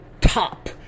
top